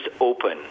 open